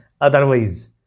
otherwise